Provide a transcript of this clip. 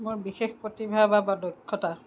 মই বিশেষ প্ৰতিভা বা দক্ষতা